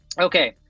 Okay